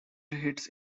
hits